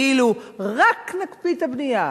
כאילו רק נקפיא את הבנייה,